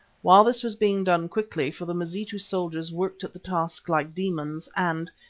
while this was being done quickly, for the mazitu soldiers worked at the task like demons and,